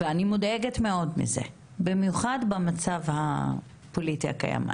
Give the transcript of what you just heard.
אני מודאגת מאוד מזה במיוחד במצב הפוליטי הקיים.